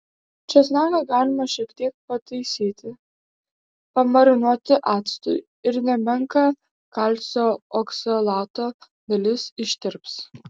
česnaką galima šiek tiek pataisyti pamarinuoti actu ir nemenka kalcio oksalato dalis ištirps